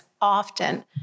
often